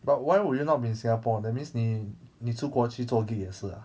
but why would you not be in singapore that means 你你出国去做 gig 也是 ah